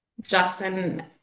Justin